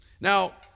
now